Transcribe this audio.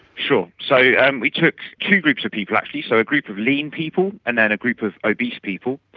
sure. so yeah and we took two groups of people actually, so a group of lean people and then a group of obese people.